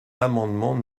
l’amendement